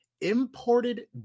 imported